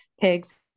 pigs